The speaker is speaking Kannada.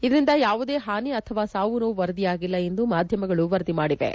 ಇದರಿಂದ ಯಾವುದೇ ಹಾನಿ ಅಥವಾ ಸಾವುನೋವುಗಳು ವರದಿಯಾಗಿಲ್ಲ ಎಂದು ಮಾಧ್ಯಮಗಳು ವರದಿ ಮಾಡಿವೆ